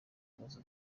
ibibazo